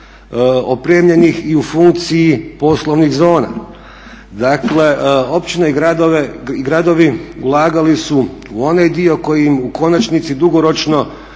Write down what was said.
opremljenih i u funkciji poslovnih zona. Dakle, općine i gradovi ulagali su u onaj dio koji im u konačnici dugoročno